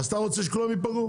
אז אתה רוצה שכולם יפגעו?